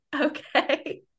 okay